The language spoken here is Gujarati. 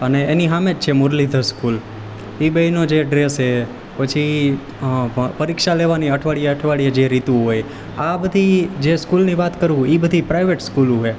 અને એની સામેજ છે મુરલીધર સ્કુલ ઈ બેયનો જે ડ્રેસ છે પછી પરીક્ષા લેવાની અઠવાડીએ અઠવાડીએ જે રીત હોય આ બધી જે સ્કુલની વાત કરું એ પ્રાઇવેટ સ્કુલ્સ છે